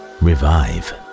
revive